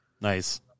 Nice